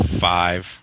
Five